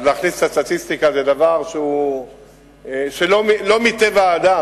אז להכניס את הסטטיסטיקה זה דבר שהוא לא מטבע האדם.